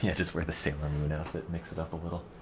yeah just wear the sailor moon outfit, mix it up a little